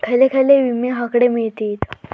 खयले खयले विमे हकडे मिळतीत?